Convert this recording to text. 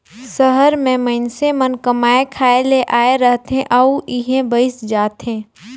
सहर में मइनसे मन कमाए खाए ले आए रहथें अउ इहें बइस जाथें